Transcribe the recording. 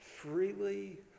freely